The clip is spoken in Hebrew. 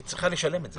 כי היא צריכה לשלם את זה.